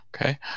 Okay